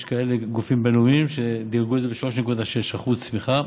יש כאלה גופים בין-לאומיים שדירגו את זה ב-3.6% צמיחה,